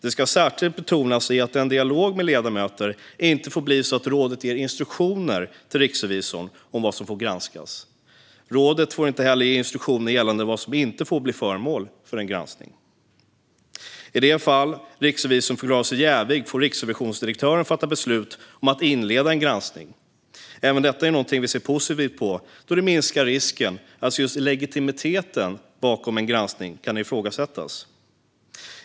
Det ska särskilt betonas att det i dialogen med ledamöter inte får bli så att rådet ger instruktioner till riksrevisorn om vad som får granskas. Rådet får inte heller ge instruktioner gällande vad som inte får bli föremål för en granskning. I det fall riksrevisorn förklarat sig jävig får riksrevisionsdirektören fatta beslut om att inleda en granskning. Även detta är någonting vi ser positivt på, då det minskar risken att just legitimiteten bakom en granskning kan ifrågasättas.